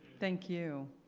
thank you.